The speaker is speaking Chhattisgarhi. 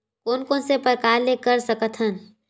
कोन कोन से प्रकार ले कर सकत हन?